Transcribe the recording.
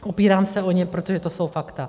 Opírám se o ně, protože to jsou fakta.